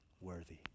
worthy